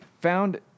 found